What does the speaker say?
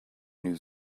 new